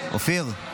אופיר?